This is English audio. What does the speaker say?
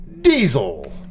Diesel